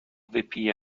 wypije